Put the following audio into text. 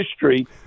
history